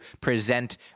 present